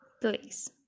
please